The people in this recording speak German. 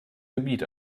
gebiet